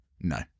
No